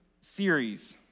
series